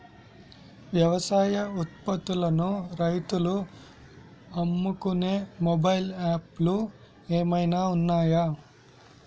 వ్యవసాయ ఉత్పత్తులను రైతులు అమ్ముకునే మొబైల్ యాప్ లు ఏమైనా ఉన్నాయా?